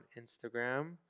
Instagram